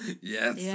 Yes